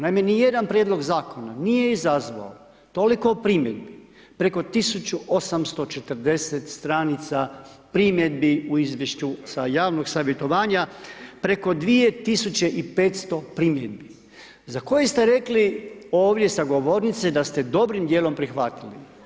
Naime, ni jedan prijedlog zakona, nije izazvao, toliko primjedbi, preko 1840 str. primjedbi u izvješću s javnog savjetovanja, preko 2500 primjedbi, za koji ste rekli, ovdje sa govornice, da ste dobrim dijelom prihvatili.